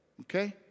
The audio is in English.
okay